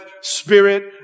spirit